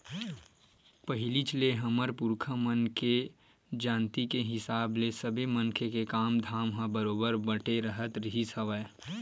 पहिलीच ले हमर पुरखा मन के जानती के हिसाब ले ही सबे मनखे के काम धाम ह बरोबर बटे राहत रिहिस हवय